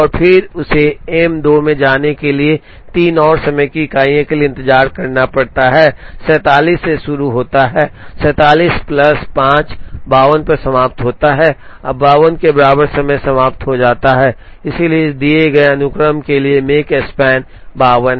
और फिर उसे एम 2 में जाने के लिए 3 और समय की इकाई के लिए इंतजार करना पड़ता है 47 से शुरू होता है 47 प्लस 5 52 पर समाप्त होता है और 52 के बराबर समय समाप्त हो जाता है और इसलिए इस दिए गए अनुक्रम के लिए Makespan 52 है